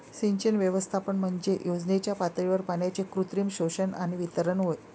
सिंचन व्यवस्थापन म्हणजे योजनेच्या पातळीवर पाण्याचे कृत्रिम शोषण आणि वितरण होय